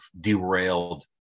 derailed